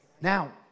Now